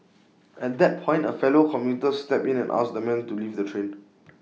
at that point A fellow commuter steps in and asks the man to leave the train